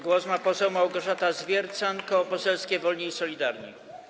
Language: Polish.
Głos ma poseł Małgorzata Zwiercan, Koło Poselskie Wolni i Solidarni.